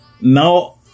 now